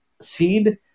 seed